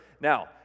Now